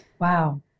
Wow